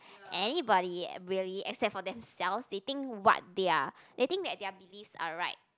anybody really except for themselves they think what their they think that their beliefs are right